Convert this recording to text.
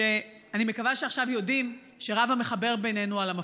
ואני מקווה שעכשיו יודעים שרב המחבר בינינו על המפריד.